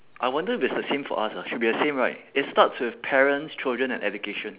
I wonder if it's the same for us ah should be the same right it starts with parents children and education